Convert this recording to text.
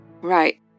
right